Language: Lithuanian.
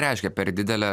reiškia per didelė